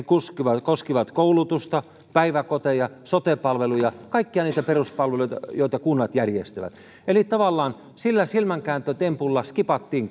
koskivat koskivat koulutusta päiväkoteja sote palveluja kaikki niitä peruspalveluita joita kunnat järjestävät eli tavallaan sillä silmänkääntötempulla skipattiin